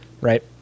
right